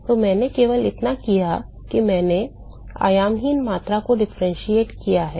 तो मैंने केवल इतना किया है कि मैंने आयामहीन मात्रा को differentiate किया है